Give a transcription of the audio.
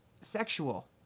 sexual